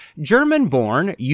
German-born